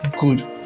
good